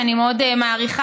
שאני מאוד מעריכה,